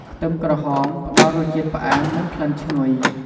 ខ្ទឹមក្រហម ផ្ដល់រសជាតិផ្អែម និងក្លិនឈ្ងុយ។